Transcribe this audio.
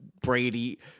Brady